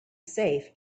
safe